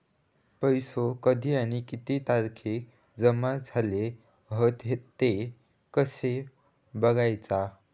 पैसो कधी आणि किती तारखेक जमा झाले हत ते कशे बगायचा?